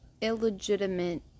illegitimate